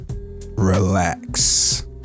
relax